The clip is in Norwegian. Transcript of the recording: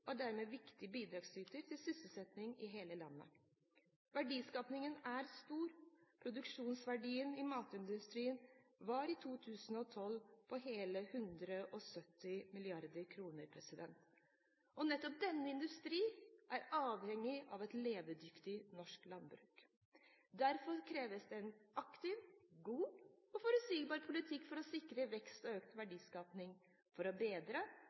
og er dermed en viktig bidragsyter til sysselsetting i hele landet. Verdiskapningen er stor, og produksjonsverdien i matindustrien var i 2012 på hele 170 mrd. kr. Nettopp denne industrien er avhengig av et levedyktig norsk landbruk. Derfor kreves det en aktiv, god og forutsigbar politikk for å sikre vekst og økt verdiskapning. For å bedre,